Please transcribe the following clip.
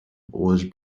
was